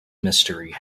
mystery